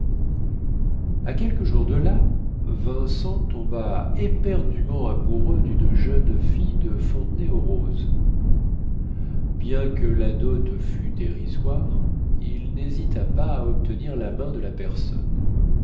à quelques jours de là vincent tomba éperdument amoureux dune jeune fille de fontenay-aux-roses bien que la dot fût dérisoire il nhésita pas à obtenir la main de la personne